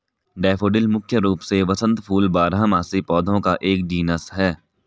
daffodil मुख्य रूप से वसंत फूल बारहमासी पौधों का एक जीनस है